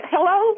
Hello